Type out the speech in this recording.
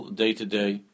day-to-day